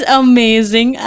amazing